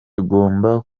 tugomba